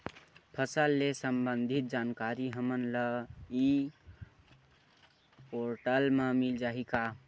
फसल ले सम्बंधित जानकारी हमन ल ई पोर्टल म मिल जाही का?